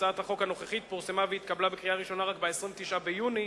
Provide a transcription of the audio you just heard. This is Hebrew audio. הצעת החוק הנוכחית פורסמה והתקבלה בקריאה ראשונה רק ב-29 ביוני,